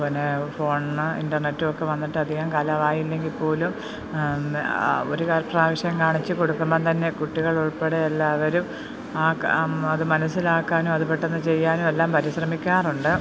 പിന്നേ ഫോണും ഇൻ്റർനെറ്റുമൊക്കെ വന്നിട്ട് അധികം കാലമായില്ലെങ്കിൽപ്പോലും ഒരു പ്രാവശ്യം കാണിച്ചു കൊടുക്കുമ്പം തന്നെ കുട്ടികളുൾപ്പെടെ എല്ലാവരും ആ അത് മനസ്സിലാക്കാനും അത് പെട്ടെന്ന് ചെയ്യാനുമെല്ലാം പരിശ്രമിക്കാറുണ്ട്